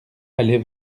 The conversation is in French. allait